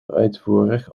uitvoerig